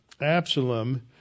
Absalom